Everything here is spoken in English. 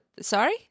sorry